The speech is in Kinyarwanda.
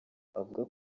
avuga